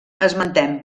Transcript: esmentem